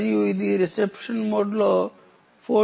మరియు ఇది రిసెప్షన్ మోడ్లో 14